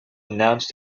announce